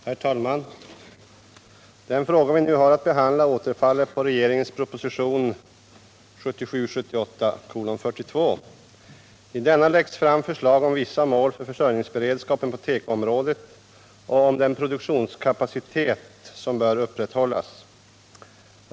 Herr talman! Den fråga vi nu har att behandla återfaller på regeringens = rådet proposition 1977/78:42. I denna läggs fram förslag om vissa mål för försörjningsberedskapen på tekoområdet och om den produktionskapacitet som bör upprätthållas.